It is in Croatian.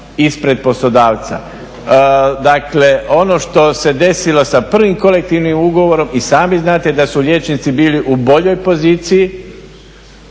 ispred poslodavca. Dakle, ono što se desilo sa prvim kolektivnim ugovorom i sami znate da su liječnici bili u boljoj poziciji